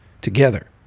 together